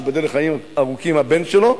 שייבדל לחיים ארוכים הבן שלו.